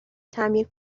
تعمیر